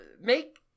make